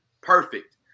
perfect